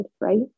right